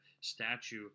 Statue